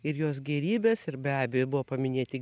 ir jos gėrybes ir be abejo buvo paminėti